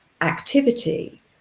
activity